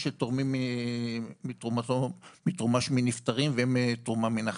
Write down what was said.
הן שתורמים תרומה שמנפטרים והן תרומה מן החיים.